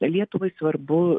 lietuvai svarbu